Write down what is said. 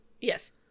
Yes